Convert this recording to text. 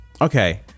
Okay